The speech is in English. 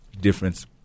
difference